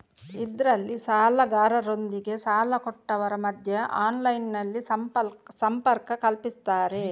ಇದ್ರಲ್ಲಿ ಸಾಲಗಾರರೊಂದಿಗೆ ಸಾಲ ಕೊಟ್ಟವರ ಮಧ್ಯ ಆನ್ಲೈನಿನಲ್ಲಿ ಸಂಪರ್ಕ ಕಲ್ಪಿಸ್ತಾರೆ